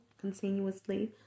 continuously